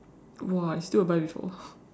!wah! you still got buy before